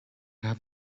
have